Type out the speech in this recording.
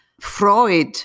Freud